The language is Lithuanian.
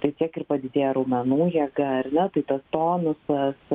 tai tiek ir padidėja raumenų jėga ar ne tai tas tonusas